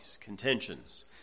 contentions